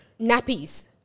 nappies